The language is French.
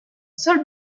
seul